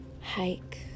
hike